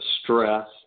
stress